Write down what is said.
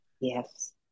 Yes